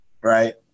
right